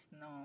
no